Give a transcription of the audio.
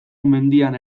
mendian